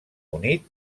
unit